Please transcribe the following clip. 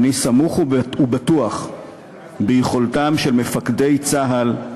אני סמוך ובטוח ביכולתם של מפקדי צה"ל,